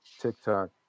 TikTok